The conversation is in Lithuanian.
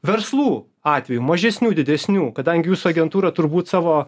verslų atveju mažesnių didesnių kadangi jūsų agentūrą turbūt savo